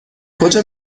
کجا